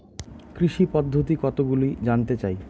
কৃষি পদ্ধতি কতগুলি জানতে চাই?